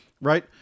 right